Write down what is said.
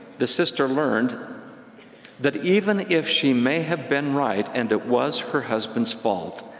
the sister learned that even if she may have been right and it was her husband's fault,